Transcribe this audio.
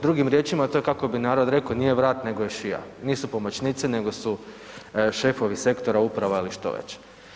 Drugim riječima, a to je kako bi narod rekao „nije vrat nego je šija“, nisu pomoćnici nego su šefovi sektora, uprava ili što već.